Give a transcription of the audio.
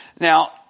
Now